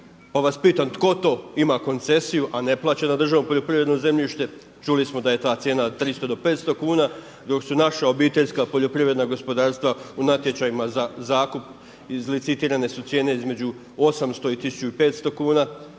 pa vas pitam tko to ima koncesiju a ne plaća na državno poljoprivredno zemljište? Čuli smo da je ta cijena od 300 do 500 kuna dok su naša obiteljska poljoprivredna gospodarstva u natječajima za zakup izlicitirane su cijene između 800 i 1500 kuna